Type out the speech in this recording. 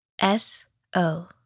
S-O